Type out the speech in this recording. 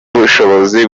ubushobozi